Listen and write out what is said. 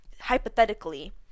hypothetically